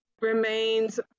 remains